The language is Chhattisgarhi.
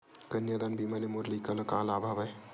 कन्यादान बीमा ले मोर लइका ल का लाभ हवय?